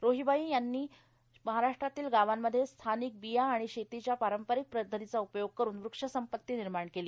रोहिबाई यांनी महाराष्ट्रातील गावांमध्ये स्थानिक बिया आणि शेतीच्या पारंपरिक पध्दतीचा उपयोग करून वक्षसंपत्ती निर्माण केली